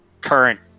current